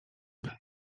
nie